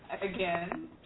Again